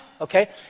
okay